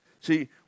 See